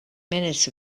minutes